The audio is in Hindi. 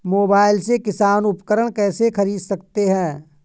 मोबाइल से किसान उपकरण कैसे ख़रीद सकते है?